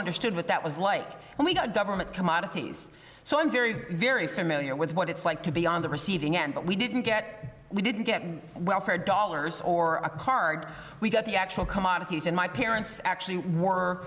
understood what that was like and we got government commodities so i'm very very familiar with what it's like to be on the receiving end but we didn't get we didn't get welfare dollars or a card we got the actual commodities and my parents actually were